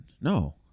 No